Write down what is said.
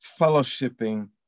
fellowshipping